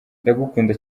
ndagukunda